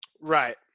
Right